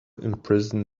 imprison